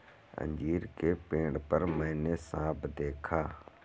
अंजीर के पेड़ पर मैंने साँप देखा